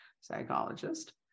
psychologist